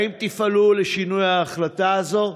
3. האם תפעלו לשינוי ההחלטה הזאת?